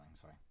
Sorry